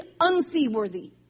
unseaworthy